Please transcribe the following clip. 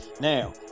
Now